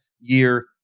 year